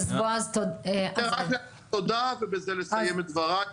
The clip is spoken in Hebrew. מערכת הבריאות הופכת להיות פגיעה מאוד בהיבטים האלה.